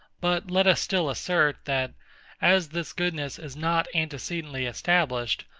but let us still assert, that as this goodness is not antecedently established,